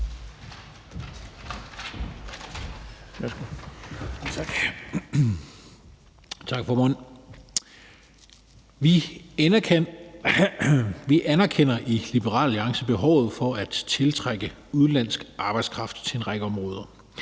Vi anerkender i Liberal Alliance behovet for at tiltrække udenlandsk arbejdskraft til en række områder.